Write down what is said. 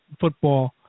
football